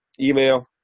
email